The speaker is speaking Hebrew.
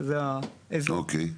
שזה האזור.